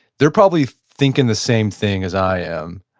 they're probably thinking the same thing as i am.